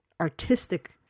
artistic